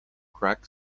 crack